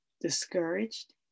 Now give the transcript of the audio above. discouraged